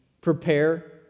prepare